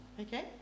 okay